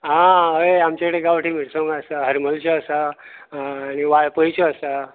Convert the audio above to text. आं हय आमचे कडेन गांवठी मिरसांग्यो आसा हरमळच्यो आसा आनी वाळपयच्यो आसा